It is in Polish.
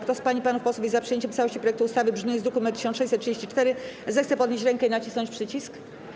Kto z pań i panów posłów jest za przyjęciem w całości projektu ustawy w brzmieniu z druku nr 1634, zechce podnieść rękę i nacisnąć przycisk.